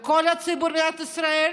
כל הציבור במדינת ישראל,